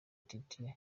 titie